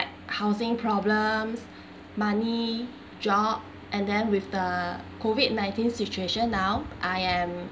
housing problems money job and then with the COVID nineteen situation now I am